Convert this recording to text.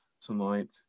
tonight